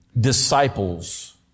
disciples